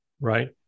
Right